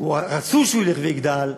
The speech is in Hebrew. רצו שהוא ילך ויגדל.